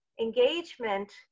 Engagement